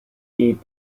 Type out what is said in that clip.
eat